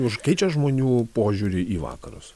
už keičia žmonių požiūrį į vakarus